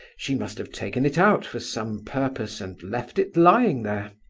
she must have taken it out for some purpose, and left it lying there.